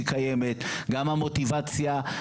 גם המוטיבציה.